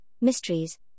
mysteries